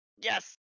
Yes